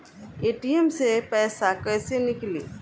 ATM से पैसा कैसे नीकली?